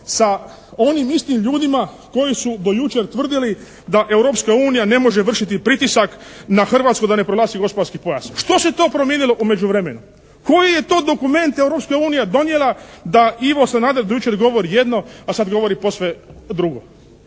sa onim istim ljudima koji su do jučer tvrdili da Europska unija ne može vršiti pritisak na Hrvatsku da ne proglasi gospodarski pojas? Što se to promijenilo u međuvremenu? Koji je to dokument Europska unija donijela da Ivo Sanader do jučer govori jedno a sad govori posve drugo.